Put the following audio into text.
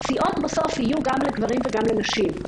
פציעות בסוף יהיו גם לגברים וגם לנשים.